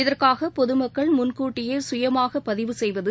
இதற்காக பொதுமக்கள் முன்கூட்டியே கயமாக பதிவு செய்வது